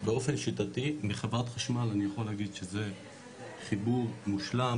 באופן שיטתי מחברת חשמל אני יכול להגיד שזה חיבור מושלם,